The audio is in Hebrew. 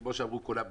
כמו שאמרו כולם,